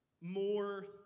more